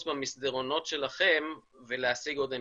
במסדרונות שלכם ולהשיג עוד אמצעים,